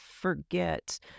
forget